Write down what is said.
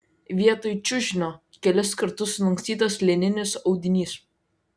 vietoj čiužinio kelis kartus sulankstytas lininis audinys